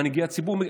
מנהיגי הציבור מגנים,